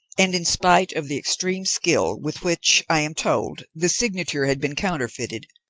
and in spite of the extreme skill with which, i am told, the signature had been counterfeited,